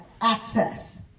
Access